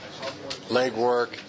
legwork